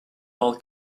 all